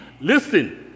Listen